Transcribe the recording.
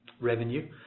revenue